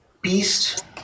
beast